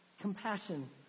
compassion